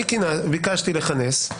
ביקשתי לכנס ישיבה,